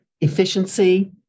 efficiency